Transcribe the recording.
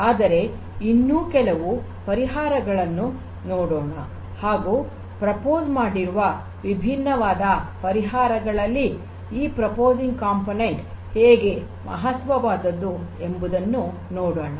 ಆದರೆ ಇನ್ನೂ ಕೆಲವು ಪರಿಹಾರಗಳನ್ನು ನೋಡೋಣ ಹಾಗೂ ಪ್ರಸ್ತಾಪ ಮಾಡಿರುವ ವಿಭಿನ್ನವಾದ ಪರಿಹಾರಗಳಲ್ಲಿ ಈ ಸಂಸ್ಕರಣಾ ಘಟಕ ಹೇಗೆ ಮಹತ್ವವಾದದ್ದು ಎಂಬುದನ್ನು ನೋಡೋಣ